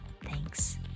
Thanks